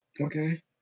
Okay